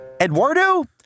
Eduardo